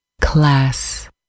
Class